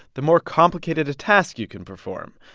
the more complicated a task you can perform.